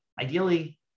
ideally